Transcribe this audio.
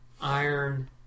iron